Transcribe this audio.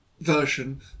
version